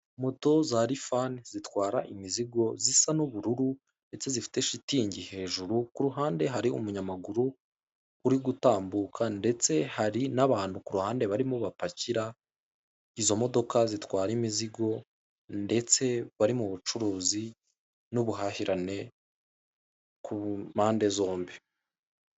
Moto za Rifani zitwara imizigo zisa n'ubururu ndetse zifite shitingi hejuru, ku ruhande hari umunyamaguru uri gutambuka ndetse hari n'abantu ku ruhande barimo bapakira izo modoka zitwara imizigo ndetse bari mu bucuruzi n'ubuhahirane ku mpande zombi.